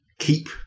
keep